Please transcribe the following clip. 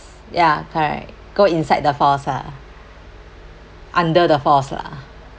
ya correct go inside the falls lah under the falls lah